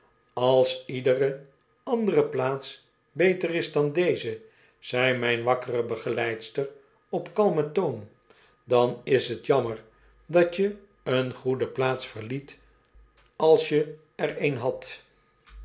als iedere andere plaats beter is dan deze zei mijn wakkere begeleidster opkalmen toon dan is t jammer dat je een goede plaats verliet als je r een hadt